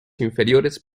inferiores